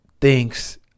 thinks